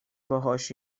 باهاش